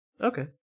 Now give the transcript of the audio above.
Okay